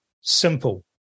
simple